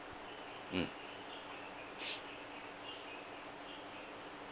mm